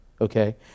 okay